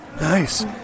Nice